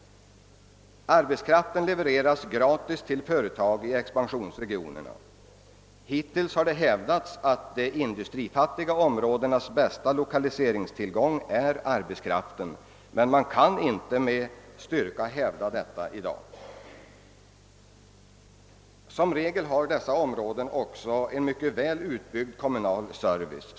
Arbetskraften levereras gratis till företag i expansionsregionerna. Hittills har det gjorts gällande att de industrifattiga områdenas bästa lokaliseringstillgång är arbetskraften, men man kan inte med styrka hävda detta i dag. Som regel har dessa områden också en mycket väl utbyggd kommunal service.